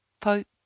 folk